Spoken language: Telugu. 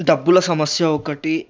డబ్బుల సమస్య ఒకటి